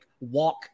walk